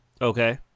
Okay